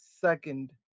second